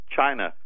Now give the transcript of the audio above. China